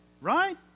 Right